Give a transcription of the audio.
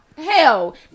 Hell